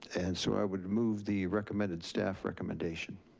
and so i would move the recommended staff recommendation.